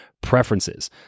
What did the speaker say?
preferences